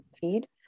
feed